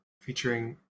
Featuring